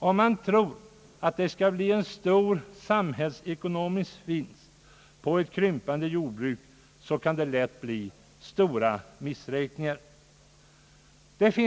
Om man tror att det skall bli en stor samhällsekonomisk vinst på ett krympande jordbruk, kan det lätt bli stora missräkningar.